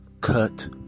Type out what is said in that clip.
Cut